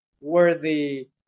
worthy